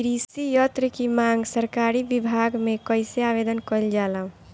कृषि यत्र की मांग सरकरी विभाग में कइसे आवेदन कइल जाला?